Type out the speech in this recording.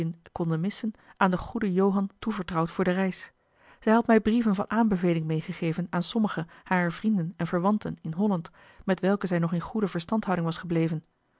konde missen aan den goeden johan toevertrouwd voor de reis zij had mij brieven van aanbeveling meêgegeven aan sommigen harer vrienden en verwanten in holland met welken zij nog in goede verstandhouding was gebleven